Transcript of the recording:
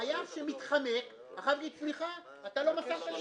החייב שמתחמק יגיד סליחה, לא מסרתם לי.